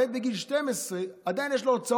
אבל על הילד בגיל הזה עדיין יש הוצאות,